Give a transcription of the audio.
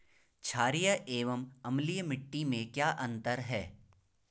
छारीय एवं अम्लीय मिट्टी में क्या अंतर है?